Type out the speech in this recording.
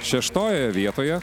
šeštojoje vietoje